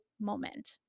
moment